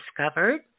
discovered